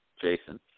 Jason